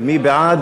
מי בעד?